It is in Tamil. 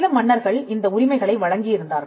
சில மன்னர்கள் இந்த உரிமைகளை வழங்கியிருந்தார்கள்